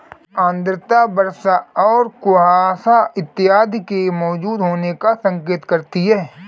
आर्द्रता वर्षा और कुहासा इत्यादि के मौजूद होने का संकेत करती है